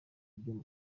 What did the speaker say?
ibyo